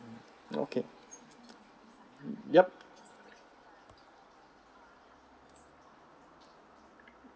okay yup